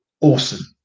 awesome